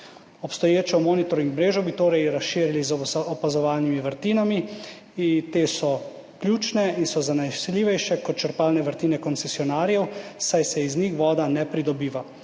Obstoječo monitoring mrežo bi torej razširili z opazovalnimi vrtinami in te so ključne in zanesljivejše kot črpalne vrtine koncesionarjev, saj se iz njih vode ne pridobiva.